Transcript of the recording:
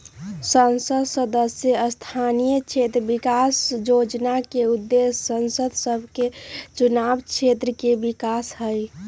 संसद सदस्य स्थानीय क्षेत्र विकास जोजना के उद्देश्य सांसद सभके चुनाव क्षेत्र के विकास हइ